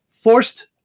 Forced